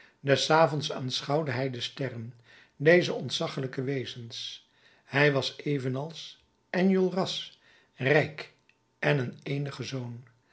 des avonds aanschouwde hij de sterren deze ontzaggelijke wezens hij was evenals enjolras rijk en een eenige zoon